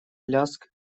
лязг